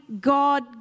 God